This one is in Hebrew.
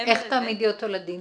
איך תעמידי אותו לדין,